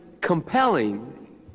compelling